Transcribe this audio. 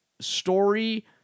story